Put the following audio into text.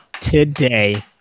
today